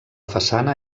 façana